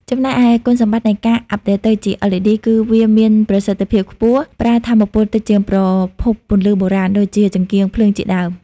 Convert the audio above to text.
ចំណែកឯគុណសម្បត្តិនៃការអាប់ដេតទៅជា LEDគឺវាមានប្រសិទ្ធភាពខ្ពស់ប្រើថាមពលតិចជាងប្រភពពន្លឺបុរាណ ដូចជា ចង្កៀងភ្លើងជាដើម។